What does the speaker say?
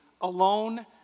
alone